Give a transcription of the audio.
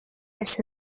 esi